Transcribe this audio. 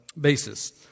basis